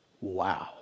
Wow